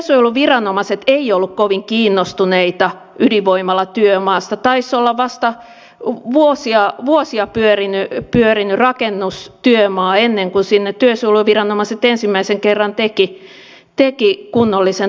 työsuojeluviranomaiset eivät olleet kovin kiinnostuneita ydinvoimalatyömaasta taisi olla jo vuosia pyörinyt rakennustyömaa ennen kuin sinne työsuojeluviranomaiset ensimmäisen kerran tekivät kunnollisen tarkastuksen